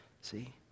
See